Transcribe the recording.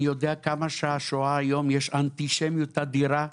אני יודע כמה יש אנטישמיות אדירה היום,